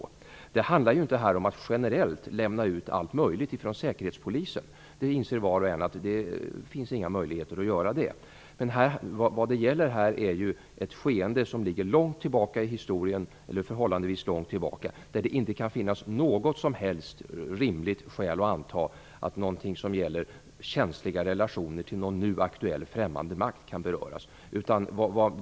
Det handlar inte om att generellt lämna ut allt möjligt från Säkerhetspolisen. Var och en inser att det inte finns några möjligheter att göra det. Men det gäller ju här ett skeende som ligger förhållandevis långt tillbaka i historien, där det inte kan finnas något som helst rimligt skäl att anta att någonting som gäller känsliga relationer till någon nu aktuell främmande makt kan beröras.